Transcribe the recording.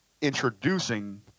introducing